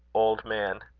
old man.